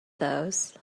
those